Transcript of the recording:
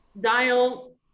dial